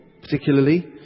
particularly